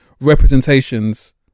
representations